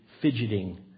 fidgeting